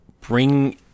bring